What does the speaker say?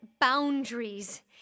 boundaries